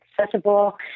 accessible